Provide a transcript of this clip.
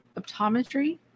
optometry